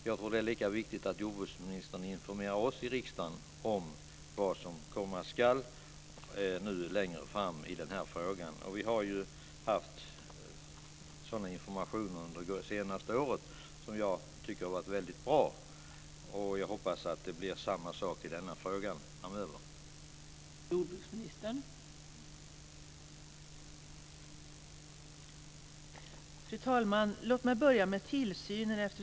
Jag tror att det är lika viktigt att jordbruksministern informerar oss i riksdagen om vad som komma skall längre fram i den här frågan. Vi har ju haft sådana informationer under det senaste året som jag tycker har varit väldigt bra. Jag hoppas att det blir samma sak i denna fråga framöver.